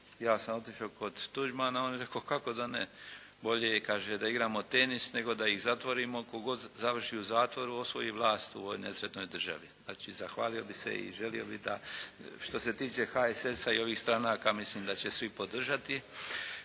Ja sam otišao kod Tuđmana, on je rekao kako da ne. Bolje je, kaže, da igramo tenis nego da ih zatvorimo. Tko god završi u zatvoru osvoji vlast u ovoj nesretnoj državi. Znači zahvalio bih se i želio bih da što se tiče HSS-a i ovih stranaka, mislim da će svi podržati.